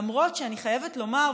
למרות שאני חייבת לומר,